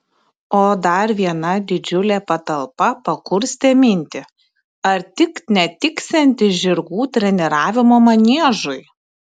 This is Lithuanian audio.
o dar viena didžiulė patalpa pakurstė mintį ar tik netiksianti žirgų treniravimo maniežui